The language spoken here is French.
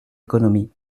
économie